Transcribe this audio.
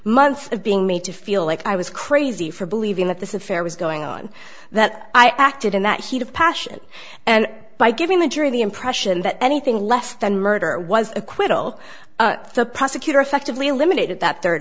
months of being made to feel like i was crazy for believing that this is fair was going on that i acted in that heat of passion and by giving the jury the impression that anything less than murder was acquittal the prosecutor effectively eliminated that third